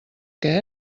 que